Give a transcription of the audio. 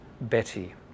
Betty